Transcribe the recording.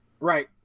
Right